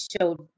showed